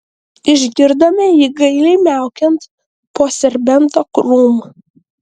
išgirdome jį gailiai miaukiant po serbento krūmu